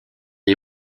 est